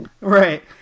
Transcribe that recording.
Right